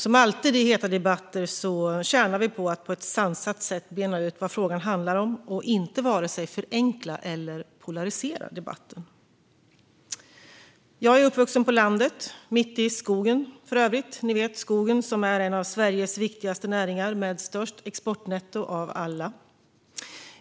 Som alltid i heta debatter tjänar vi på att på ett sansat sätt bena ut vad frågan handlar om och inte vare sig förenkla eller polarisera debatten. Jag är uppvuxen på landet, mitt i skogen, för övrigt - ni vet, skogen, som är en av Sveriges viktigaste näringar med störst exportnetto av alla.